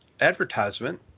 advertisement